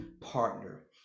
partner